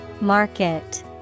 Market